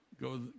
Go